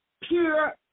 pure